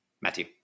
Matthew